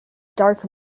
dark